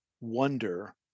wonder